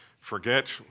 forget